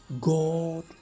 God